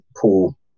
pool